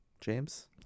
james